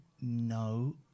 no